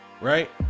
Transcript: right